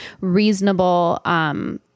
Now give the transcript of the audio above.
reasonable